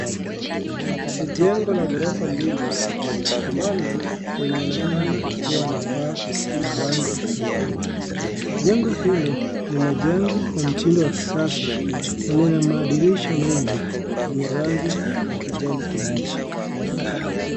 Ni jengo la ghorofa mbili ambalo linaonekana kuwa na paa la rangi nyekundu. Jengo hilo limejengwa kwa mtindo wa kisasa na lina madirisha mengi yenye rangi ya kijani kibichi.